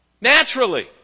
naturally